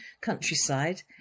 countryside